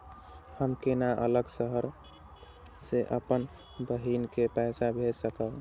हम केना अलग शहर से अपन बहिन के पैसा भेज सकब?